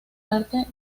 arte